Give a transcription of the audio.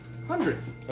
Hundreds